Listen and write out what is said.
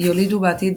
יולידו בעתיד